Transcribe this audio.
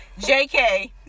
JK